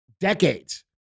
decades